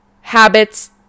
habits